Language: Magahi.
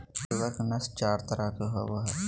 सूअर के नस्ल चार तरह के होवो हइ